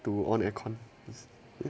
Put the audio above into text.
to on aircon